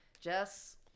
jess